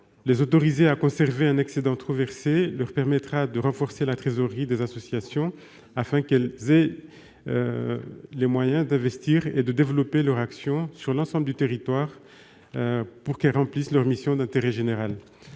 Les autoriser à conserver un excédent trop versé leur permettra de renforcer la trésorerie des associations, afin qu'elles aient les moyens d'investir et de développer leur action sur l'ensemble du territoire, dans le but de remplir leurs missions d'intérêt général.